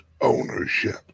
ownership